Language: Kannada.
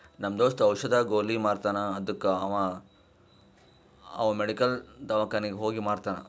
ನಮ್ ದೋಸ್ತ ಔಷದ್, ಗೊಲಿ ಮಾರ್ತಾನ್ ಅದ್ದುಕ ಅವಾ ಅವ್ ಮೆಡಿಕಲ್, ದವ್ಕಾನಿಗ್ ಹೋಗಿ ಮಾರ್ತಾನ್